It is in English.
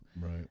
right